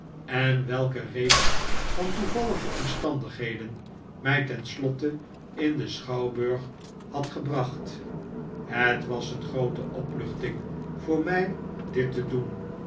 en welke reeks van toevallige omstandigheden mij ten slotte in den schouwburg had gebracht het was een groote opluchting voor mij dit te doen